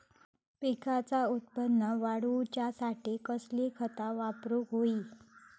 पिकाचा उत्पन वाढवूच्यासाठी कसली खता वापरूक होई?